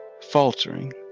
faltering